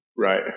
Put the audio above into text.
right